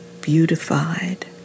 beautified